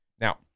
Now